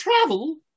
travel